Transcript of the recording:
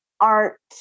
art